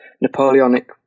Napoleonic